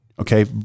Okay